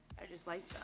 i just liked